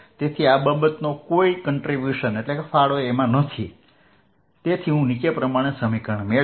તેથી આ બાબતનો કોઈ ફાળો નથી તેથી હું નીચે પ્રમાણે સમીકરણ મેળવીશ